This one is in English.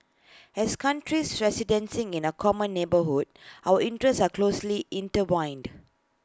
as countries residing in A common neighbourhood our interests are closely intertwined